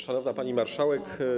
Szanowna Pani Marszałek!